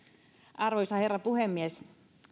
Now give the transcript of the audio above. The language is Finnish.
arvoisa herra puhemies